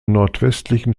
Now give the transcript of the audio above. nordwestlichen